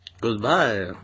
Goodbye